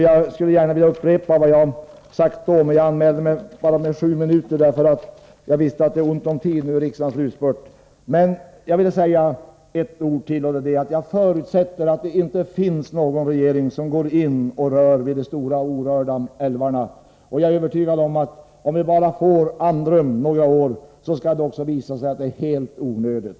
Jag skulle gärna vilja upprepa vad jag anförde då, men jag anmälde mig bara för sju minuters taletid i dag, eftersom jag visste att det är ont om tid i riksdagens slutspurt. Några ord till vill jag emellertid säga. Jag förutsätter att det inte finns någon regering som går in och rör de stora orörda älvarna. Jag är övertygad om att om vi bara får andrum några år, skall det också visa sig att det är helt onödigt.